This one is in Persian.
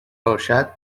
باشد